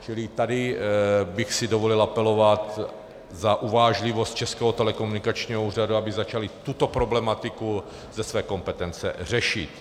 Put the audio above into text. Čili tady bych si dovolil apelovat na uvážlivost Českého telekomunikačního úřadu, aby začali tuto problematiku ze své kompetence řešit.